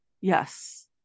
Yes